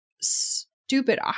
stupid